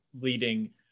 leading